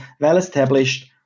well-established